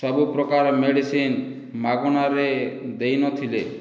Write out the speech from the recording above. ସବୁ ପ୍ରକାରର ମେଡ଼ିସିନ ମାଗଣାରେ ଦେଇ ନଥିଲେ